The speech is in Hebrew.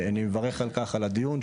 אני מברך על כך, על הדיון.